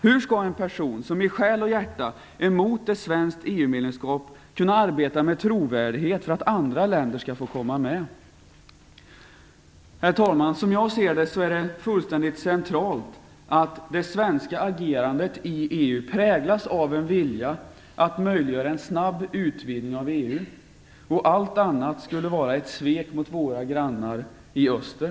Hur skall en person som i själ och hjärta är emot ett svenskt EU-medlemskap kunna arbeta med trovärdighet för att andra länder skall få komma med? Herr talman! Som jag ser det är det centralt att det svenska agerandet i EU präglas av en vilja att möjliggöra en snabb utvidgning av EU. Allt annat skulle vara ett svek mot våra grannar i öster.